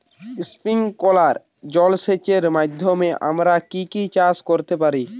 Sprinkler জলসেচের মাধ্যমে আমরা কি কি চাষ করতে পারি?